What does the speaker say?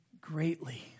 greatly